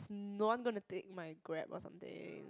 no one gonna take my Grab or something